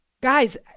guys